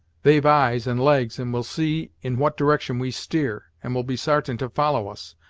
they've eyes and legs, and will see in what direction we steer, and will be sartain to follow us.